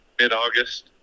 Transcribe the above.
mid-august